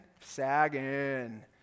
sagging